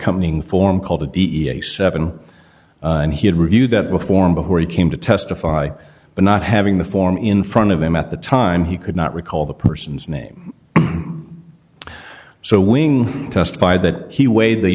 coming form called the d e a seven and he had reviewed that before him before he came to testify but not having the form in front of him at the time he could not recall the person's name so wing testified that he weighed the